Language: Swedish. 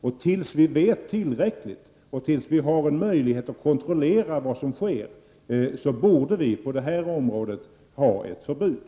Till dess vi vet tillräckligt och har en möjlighet att kontrollera vad som sker borde vi ha ett förbud på detta område.